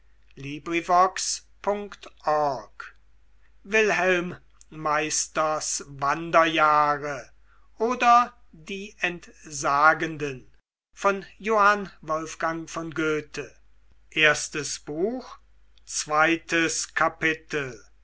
wilhelm meisters wanderjahre oder die entsagenden